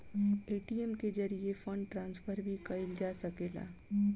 ATM के जरिये fund transfer भी कईल जा सकेला